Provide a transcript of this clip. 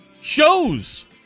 shows